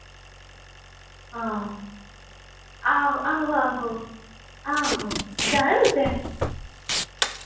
हां आ आहो आहो आहो जाना तुसैं